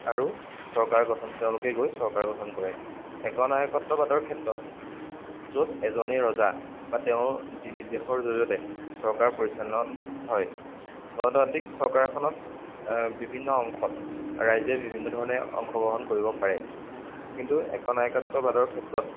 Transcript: আৰু চৰকাৰ গঠন তেওঁলোকে গৈ চৰকাৰ গঠন কৰে একনায়কত্ববাদৰ ক্ষেত্ৰত য'ত এজনেই ৰজা বা তেওঁৰ যি নিৰ্দেশৰ জৰিয়তে চৰকাৰ পৰিচালন হয় গণতান্ত্ৰিক চৰকাৰ এখনত বিভিন্ন অংশত ৰাইজে বিভিন্ন ধৰণে অংশগ্ৰহণ কৰিব পাৰে কিন্তু একনায়কত্ববাদৰ ক্ষেত্ৰত